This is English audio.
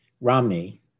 Romney